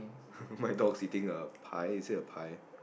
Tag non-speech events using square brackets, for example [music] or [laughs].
[laughs] my dog sitting a pie is it a pie